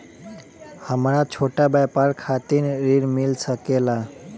हमरा छोटा व्यापार खातिर ऋण मिल सके ला?